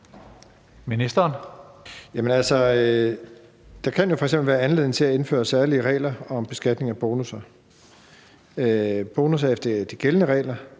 Altså, der kan jo f.eks. være anledning til at indføre særlige regler om beskatning af bonusser. Efter de gældende regler